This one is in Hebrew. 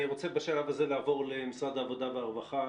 בשלב הזה אני רוצה לעבור למשרד העבודה והרווחה.